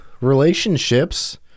Relationships